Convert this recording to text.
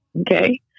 okay